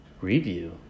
Review